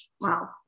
Wow